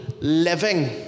Living